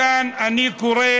מכאן אני קורא